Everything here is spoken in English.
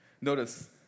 Notice